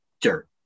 dirt